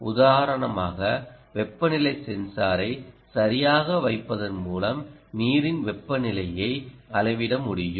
உதாரணமாக வெப்பநிலை சென்சாரை சரியாக வைப்பதன் மூலம் நீரின் வெப்பநிலையை அளவிட முடியும்